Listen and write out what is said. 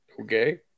Okay